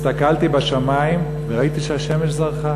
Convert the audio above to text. הסתכלתי בשמים וראיתי שהשמש זרחה.